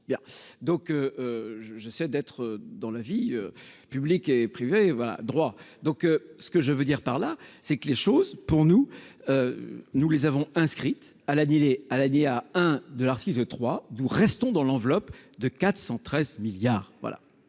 bien donc. Je, j'essaie d'être dans la vie publique et privée. Voilà, droit. Donc ce que je veux dire par là c'est que les choses pour nous. Nous les avons inscrite à l'annuler à a dit à un de artiste de 3 du restons dans l'enveloppe de 413 milliards. Voilà.